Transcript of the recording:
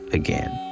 again